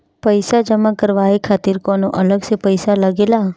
पईसा जमा करवाये खातिर कौनो अलग से पईसा लगेला?